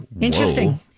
interesting